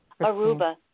Aruba